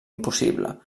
impossible